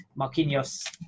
Marquinhos